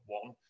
one